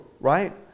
right